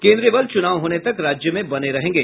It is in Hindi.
केन्द्रीय बल चुनाव होने तक राज्य में बने रहेंगे